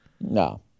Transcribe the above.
No